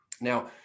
Now